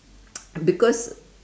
and because